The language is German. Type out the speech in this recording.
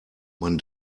man